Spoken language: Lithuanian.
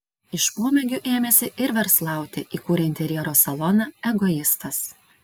iš pomėgių ėmėsi ir verslauti įkūrė interjero saloną egoistas